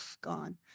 gone